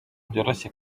byoroshye